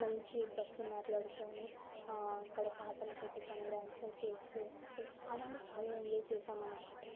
మంచి బస్సు మాట్లాడుకొని అక్కడ పాటలు పెట్టుకొని డ్యాన్సస్ చేసి అసలు చాలా అంటే చాలా ఎంజాయ్ చేసాం అనమాట